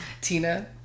Tina